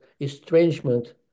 estrangement